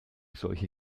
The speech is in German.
solche